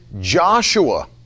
Joshua